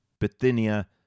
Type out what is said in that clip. Bithynia